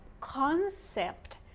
concept